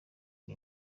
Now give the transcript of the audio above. iri